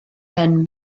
ben